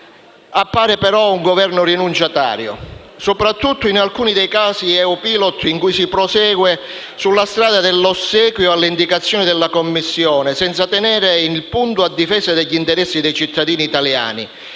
di fronte a un Esecutivo rinunciatario, soprattutto in alcuni dei casi EU Pilot in cui si prosegue sulla strada dell'ossequio alle indicazioni della Commissione, senza tenere il punto a difesa degli interessi dei cittadini italiani.